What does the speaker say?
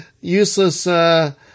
useless